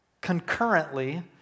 concurrently